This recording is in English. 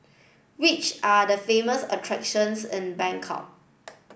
which are the famous attractions in Bangkok